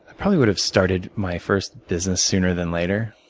probably would have started my first business sooner than later.